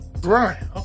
Right